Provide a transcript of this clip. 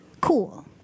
Cool